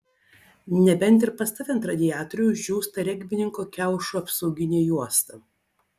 nebent ir pas tave ant radiatoriaus džiūsta regbininko kiaušų apsauginė juosta